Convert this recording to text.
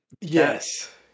Yes